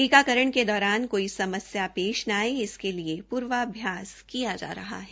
टीकाकरण के दौरान कोई समस्या पेश न आये इसके लिए प्र्वाभ्यास किया जा रहा है